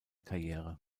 karriere